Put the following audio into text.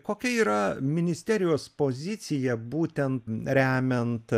kokia yra ministerijos pozicija būtent remiant